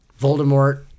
Voldemort